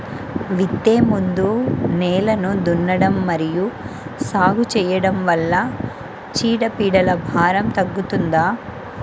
విత్తే ముందు నేలను దున్నడం మరియు సాగు చేయడం వల్ల చీడపీడల భారం తగ్గుతుందా?